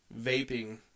vaping